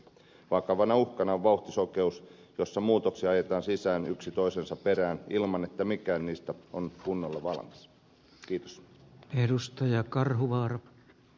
vakavana uhkana on vauhtisokeus jossa muutoksia ajetaan sisään yksi toisensa perään ilman että mikään niistä on kunnolla valmis